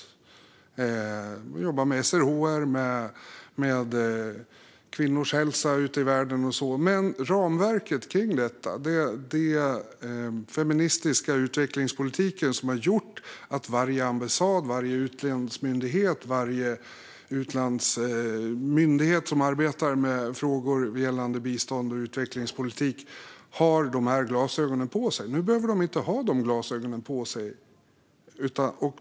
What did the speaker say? Vi jobbar med SRHR och med kvinnors hälsa ute i världen och så, men det handlar om ramverket kring detta, den feministiska utvecklingspolitiken som har gjort att varje ambassad och varje utlandsmyndighet som arbetar med frågor gällande bistånd och utvecklingspolitik har dessa glasögon på sig. Nu behöver de inte ha de glasögonen på sig.